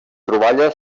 troballa